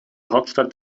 hauptstadt